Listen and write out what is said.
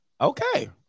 Okay